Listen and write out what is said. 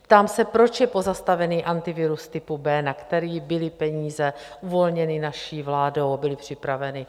Ptám se, proč je pozastavený Antivirus typu B, na který byly peníze uvolněny naší vládou a byly připraveny?